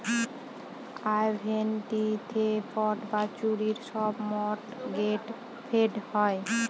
identity theft বা চুরির সব মর্টগেজ ফ্রড হয়